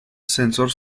sensor